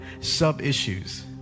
sub-issues